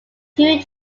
two